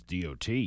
DOT